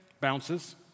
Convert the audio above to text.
bounces